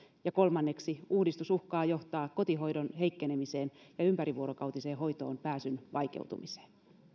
ja kolmanneksi uudistus uhkaa johtaa kotihoidon heikkenemiseen ja ympärivuorokautiseen hoitoon pääsyn vaikeutumiseen